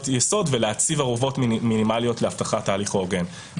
יסוד ולהציב ערובות מינימליות להבטחת ההליך ההוגן.